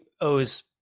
owes